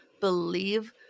believe